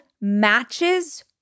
matches